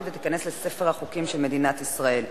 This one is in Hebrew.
ותיכנס לספר החוקים של מדינת ישראל.